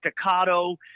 staccato